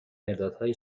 مدادهایی